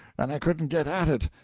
and i couldn't get at it.